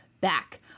back